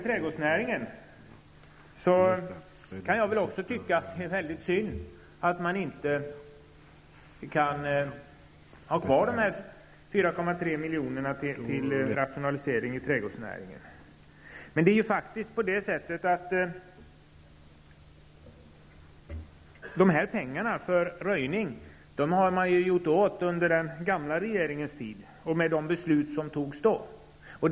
tycker också att det är synd att man inte kan ha kvar de 4,3 miljonerna till rationalisering av trädgårdsnäringen. Pengarna, som var avsedda för röjning, har man gjort av med under den gamla regeringens tid i och med de beslut som fattades då.